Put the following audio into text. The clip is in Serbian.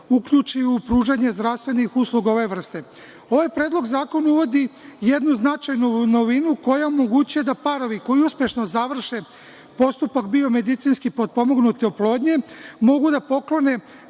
uključi u pružanje zdravstvenih usluga ove vrste. Ovaj predlog zakona uvodi jednu značajnu novinu koja omogućuje da parovi koji uspešno završe postupak biomedicinski potpomognute oplodnje mogu da poklone